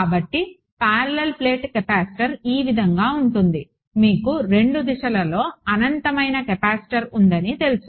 కాబట్టి parallel plate capacitor ఈ విధంగా ఉంటుంది మీకు రెండు దిశలలో అనంతమైన కెపాసిటర్ ఉందని తెలుసు